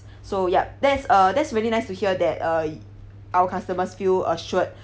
so yup that's uh that's really nice to hear that uh our customers feel assured